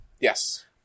Yes